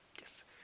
Yes